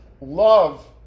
love